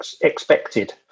expected